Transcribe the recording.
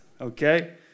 okay